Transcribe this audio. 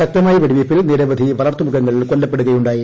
ശക്തമായ വെടിവയ്പ്പിൽ നിരവധി വളർത്തുമൃഗങ്ങൾ കൊല്ലപ്പെടുകയുണ്ടായി